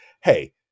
hey